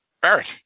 Barrett